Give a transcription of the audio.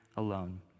Alone